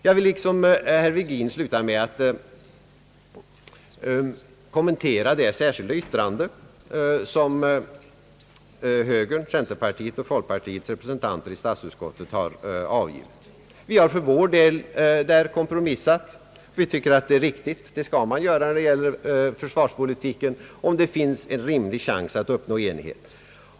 Jag vill liksom herr Virgin sluta med att kommentera det särskilda yttrande som högerns, centerpartiets och folkpartiets representanter i statsutskottet avgivit. Vi har för vår del kompromissat, och det tycker vi är riktigt; det skall man göra när det gäller försvarspolitiken, om det finns en rimlig chans att uppnå enighet.